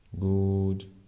good